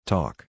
Talk